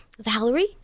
Valerie